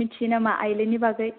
मिथियो नामा आइलेण्डनि बागै